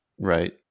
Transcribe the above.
Right